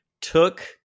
took